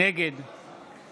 נגד